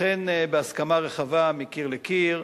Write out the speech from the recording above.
לכן, בהסכמה רחבה, מקיר לקיר,